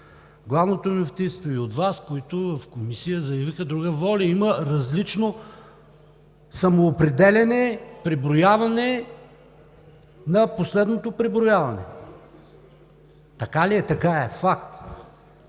Главното мюфтийство и от Вас, които в Комисията заявиха друга воля, има различно самоопределяне, преброяване при последното преброяване. Така ли е? Така е. Факт!